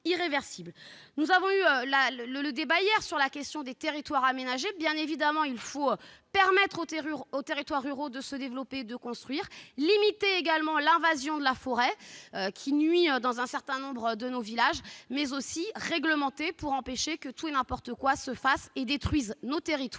Nous avons débattu hier des territoires à aménager. Bien évidemment, il faut permettre aux territoires ruraux de se développer et de construire, limiter également l'invasion par la forêt, nuisible dans un certain nombre de nos villages, mais aussi réglementer pour empêcher de faire tout et n'importe quoi et de détruire la qualité de